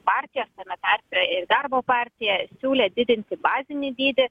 partijos tame tarpe ir darbo partija siūlė didinti bazinį dydį